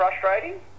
frustrating